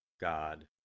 God